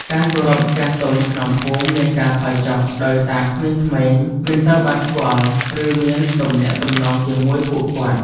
ការគោរពចាស់ទុំក្នុងភូមិមានការថយចុះដោយសារក្មេងៗមិនសូវបានស្គាល់ ឬមានទំនាក់ទំនងជាមួយពួកគាត់។